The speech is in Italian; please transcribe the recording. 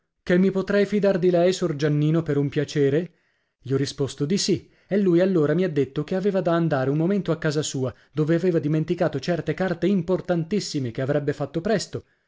che mi potrei fidar di lei sor giannino per un piacere gli ho risposto di sì e lui allora mi ha detto che aveva da andare un momento a casa sua dove aveva dimenticato certe carte importantissime che avrebbe fatto presto